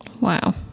Wow